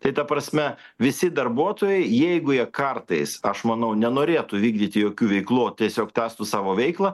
tai ta prasme visi darbuotojai jeigu jie kartais aš manau nenorėtų vykdyti jokių veiklų o tiesiog tęstų savo veiklą